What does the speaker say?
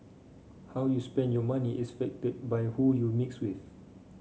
how you spend your money is affected by who you mix with